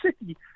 city